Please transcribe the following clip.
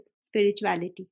spirituality